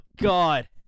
God